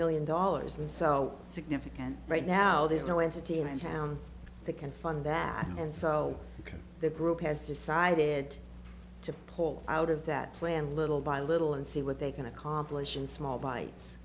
million dollars it's so significant right now there's no entity in a town that can fund that and so the group has decided to pull out of that plan little by little and see what they can accomplish in small bites